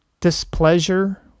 displeasure